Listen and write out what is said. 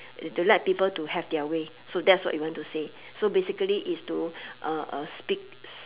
to let people to have their way so that's what you want to say so basically is to uh uh speak